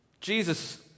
Jesus